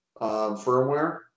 firmware